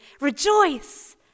Rejoice